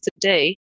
today